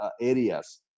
areas